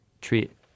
treat